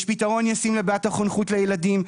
יש פתרון ישים לבעיית החונכות לילדים,